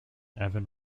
evan